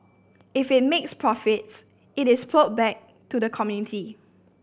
if it makes profits it is ploughed back to the community